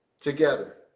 together